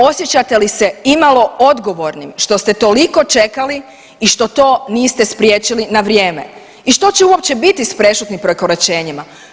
Osjećate li se imalo odgovornim što ste toliko čekali i što to niste spriječili na vrijeme i što će uopće biti s prešutnim prekoračenjima?